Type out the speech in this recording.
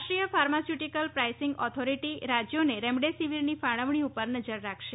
રાષ્ટ્રીય pharmaceutical pricing authority રાજ્યોને રેમડેસીવીરની ફાળવણી પર નજર રાખશે